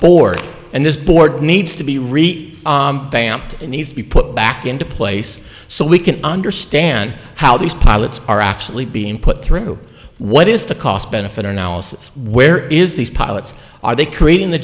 and this board needs to be re vamped needs to be put back into place so we can understand how these pilots are actually being put through what is the cost benefit analysis where is these pilots are they creating the